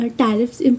tariffs